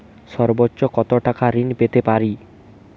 সর্বোচ্চ কত টাকা ঋণ পেতে পারি?